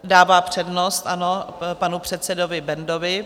Dává přednost, ano, panu předsedovi Bendovi.